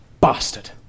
Bastard